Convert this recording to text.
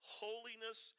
holiness